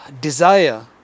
desire